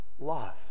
love